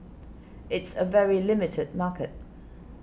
it's a very limited market